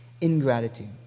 Ingratitude